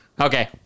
Okay